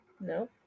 No